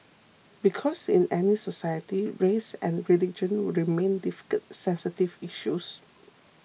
because in any society race and religion remain difficult sensitive issues